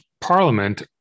parliament